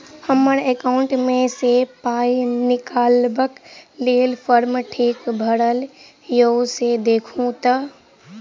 हम्मर एकाउंट मे सऽ पाई निकालबाक लेल फार्म ठीक भरल येई सँ देखू तऽ?